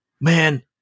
man